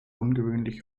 ungewöhnlich